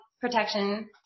protection